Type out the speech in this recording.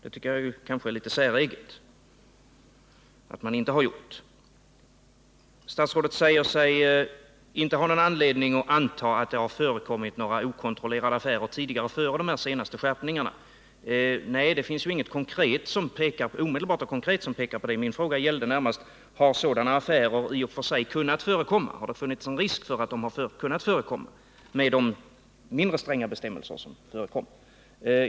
Jag tycker att det är litet säreget att man inte gjort det. Statsrådet säger sig inte ha någon anledning att anta att det förekommit några okontrollerade affärer före beslutet om dessa skärpningar av bestämmelserna. Det finns givetvis inget konkret som pekar på det, men min fråga gällde närmast om sådana affärer i och för sig hade kunnat förekomma. Har det funnits någon risk för att de kunnat förekomma med de mindre stränga bestämmelser som gällde tidigare?